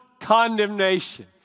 condemnation